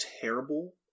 terrible